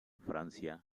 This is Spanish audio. francia